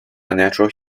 unnatural